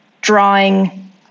drawing